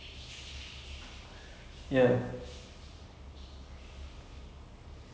we're talking about that have you seen this err Jayam ravi movie Thani Oruvan oruvan